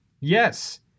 Yes